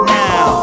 now